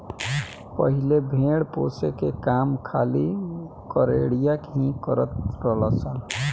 पहिले भेड़ पोसे के काम खाली गरेड़िया ही करत रलन सन